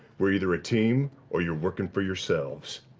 we're either a team, or you're working for yourselves.